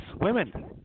Women